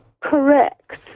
correct